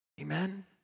Amen